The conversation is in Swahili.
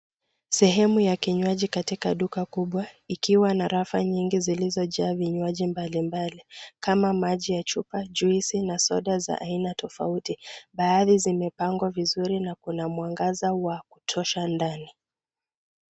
Sehemu ya kinywaji katika duka kubwa ikiwa na rafa nyingi zilizojaa vinywaji mbalimbali kama maji ya chupa, juisi na soda za aina tofauti. Baadhi zimepangwa vizuri na kuna mwangaza wa kutosha ndani.